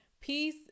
Peace